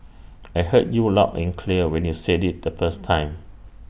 I heard you loud and clear when you said IT the first time